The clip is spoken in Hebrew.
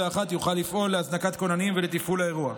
יוכל לפעול להזנקת כוננים ולתפעול האירוע.